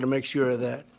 make sure of that.